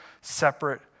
separate